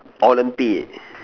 Olympics